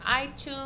iTunes